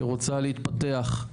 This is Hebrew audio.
שרוצה להתפתח.